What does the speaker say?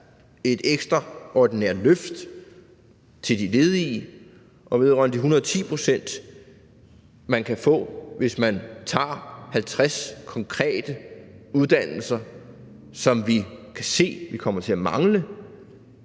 et ekstraordinært løft til de ledige. Vedrørende de 110 pct., man kan få, hvis man tager en af 50 konkrete uddannelser, som vi kan se vi kommer til at mangle